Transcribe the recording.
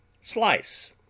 slice